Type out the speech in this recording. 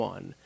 One